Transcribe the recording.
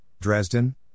Dresden